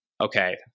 Okay